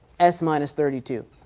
s minus thirty two.